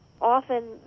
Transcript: Often